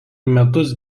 metus